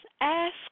ask